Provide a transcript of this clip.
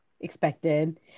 expected